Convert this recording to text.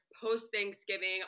post-Thanksgiving